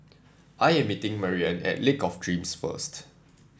I am meeting Marianne at Lake of Dreams first